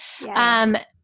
Yes